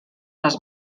les